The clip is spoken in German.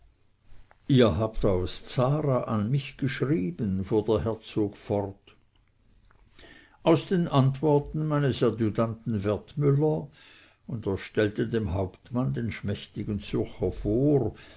ihr habt aus zara an mich geschrieben fuhr der herzog fort aus den antworten meines adjutanten wertmüller und er stellte dem hauptmann den schmächtigen zürcher vor